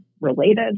related